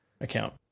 account